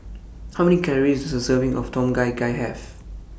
How Many Calories Does A Serving of Tom Kha Gai Have